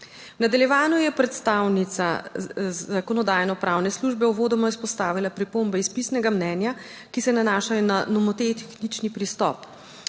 V nadaljevanju je predstavnica Zakonodajno-pravne službe uvodoma izpostavila pripombe iz pisnega mnenja, ki se nanašajo na nomotehnični pristop.